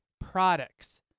products